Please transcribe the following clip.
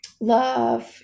love